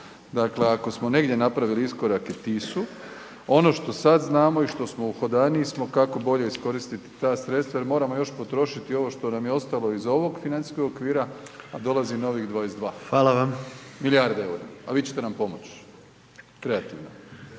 Dakle, ako smo negdje napravili iskorak .../Govornik se ne razumije./... ono što sad znamo i što smo uhodaniji, smo kako bolje iskoristiti ta sredstva jer moramo još potrošiti ovo što nam je ostalo iz ovog financijskog okvira, dolazi novih 22 .../Upadica: Hvala vam./... milijarde eura. A vi ćete nam pomoći kreativno.